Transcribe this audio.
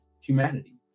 humanity